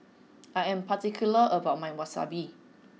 I am particular about my Wasabi